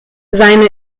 seine